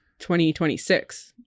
2026